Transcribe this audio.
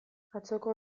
atzoko